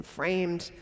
framed